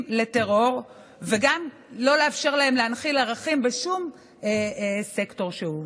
לטרור וגם לא לאפשר להם להנחיל ערכים בשום סקטור שהוא.